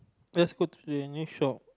just go to the new shop